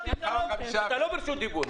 אתה לא ברשות דיבור.